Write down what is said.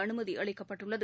அனுமதி அளிக்கப்பட்டுள்ளது